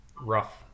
rough